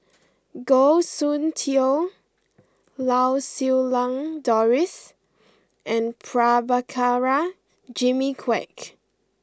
Goh Soon Tioe Lau Siew Lang Doris and Prabhakara Jimmy Quek